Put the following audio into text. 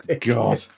God